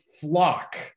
flock